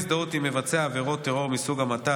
הזדהות עם מבצע עבירות טרור מסוג המתה),